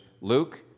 Luke